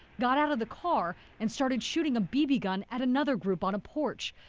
got out of the car and started shooting a b b gun at another group on a porch.